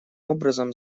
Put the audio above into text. образом